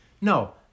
no